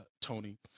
tony